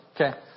Okay